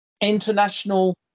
international